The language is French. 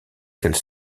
qu’elle